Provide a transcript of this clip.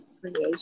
creation